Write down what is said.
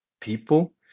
people